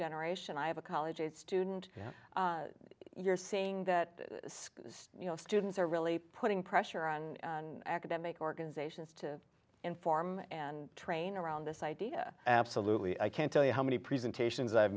generation i have a college student you're seeing that say you know students are really putting pressure on academic organizations to inform and train around this idea absolutely i can't tell you how many presentations i've